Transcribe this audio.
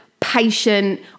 Patient